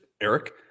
Eric